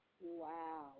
Wow